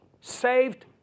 Saved